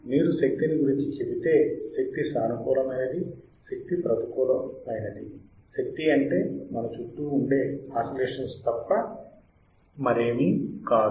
మీరు శక్తిని గురించి చెబితే శక్తి సానుకూలమైనది శక్తి ప్రతికూల శక్తి అంటే మన చుట్టూ ఉండే ఆసిలేషన్స్ తప్ప మరేమీ కాదు